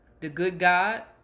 thegoodgod